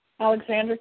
Alexander